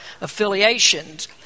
affiliations